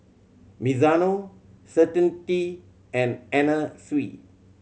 Mizuno Certainty and Anna Sui